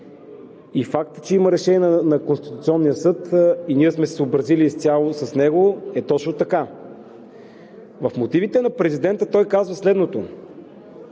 и фактът, че има решение на Конституционния съд и ние сме се съобразили изцяло с него, е точно така. В мотивите си президентът казва следното: